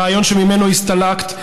רעיון שממנו הסתלקת,